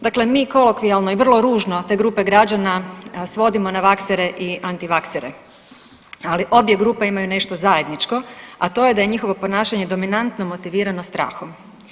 Dakle, mi kolokvijalno i vrlo ružno te grupe građana svodimo na vaksere i antivaksere, ali obje grupe imaju nešto zajedničko, a to je da njihovo ponašanje dominantno motivirano strahom.